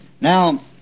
Now